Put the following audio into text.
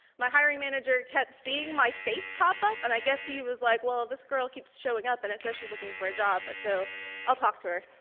my hiring manager kept seeing my face pop up and i guess he was like, well, this girl keeps showing up and it says she's looking for a job, so i'll talk to her.